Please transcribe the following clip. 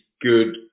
good